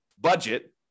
budget